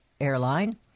airline